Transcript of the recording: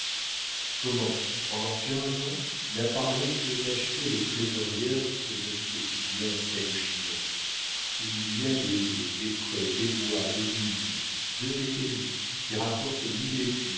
comment pendant quinze ans tu n'as parlé que d'acheter les trésorières ce joli petit bien près de chinon où il y a des eaux des prés des bois des vignes deux métairies qui rapporte